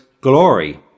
glory